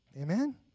Amen